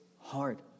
hard